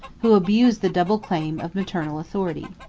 who abused the double claim of maternal authority.